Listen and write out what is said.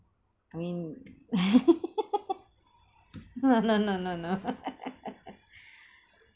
I mean no no no no no